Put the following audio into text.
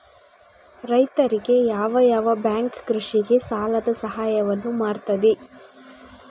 ರೈತರಿಗೆ ಯಾವ ಯಾವ ಬ್ಯಾಂಕ್ ಕೃಷಿಗೆ ಸಾಲದ ಸಹಾಯವನ್ನು ಮಾಡ್ತದೆ?